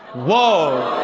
whoa.